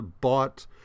bought